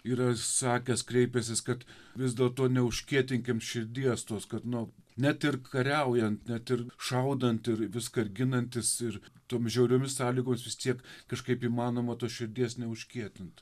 yra sakęs kreipęsis kad vis dėlto neužkietinkim širdies tuo kad nu net ir kariaujant net ir šaudant ir viską ir ginantis ir tom žiauriomis sąlygomis vis tiek kažkaip įmanoma tos širdies neužkietint